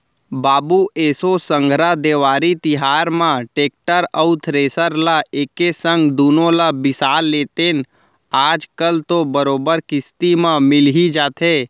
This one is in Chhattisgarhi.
बाबू एसो संघरा देवारी तिहार म टेक्टर अउ थेरेसर ल एके संग दुनो ल बिसा लेतेन आज कल तो बरोबर किस्ती म मिल ही जाथे